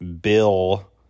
Bill